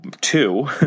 two